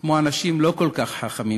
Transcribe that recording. כמו אנשים לא כל כך חכמים,